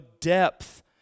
depth